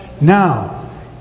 Now